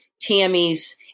Tammy's –